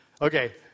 Okay